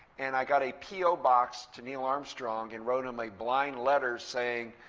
and i got a po box to neil armstrong and wrote him a blind letter saying,